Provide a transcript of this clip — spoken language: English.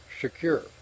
secure